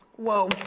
Whoa